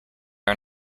are